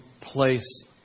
place